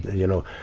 you know,